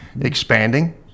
expanding